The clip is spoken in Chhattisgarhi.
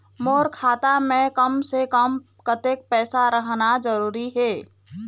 मोर खाता मे कम से से कम कतेक पैसा रहना जरूरी हे?